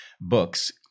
books